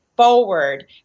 Forward